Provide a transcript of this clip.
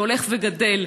שהולך וגדל,